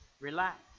relax